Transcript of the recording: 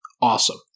awesome